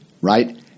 right